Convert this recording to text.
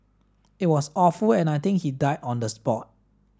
it was awful and I think he died on the spot